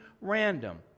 random